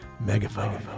Megaphone